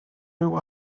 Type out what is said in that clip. nhw